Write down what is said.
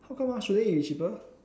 how come ah shouldn't it be cheaper